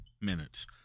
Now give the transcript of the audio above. minutes